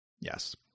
Yes